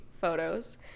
photos